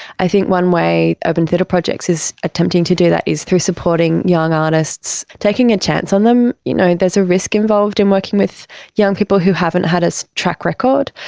i think one way urban theatre projects is attempting to do that is through supporting young artists, taking a chance on them you know there's a risk involved in working with young people who haven't had a track record,